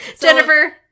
Jennifer